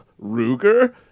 ruger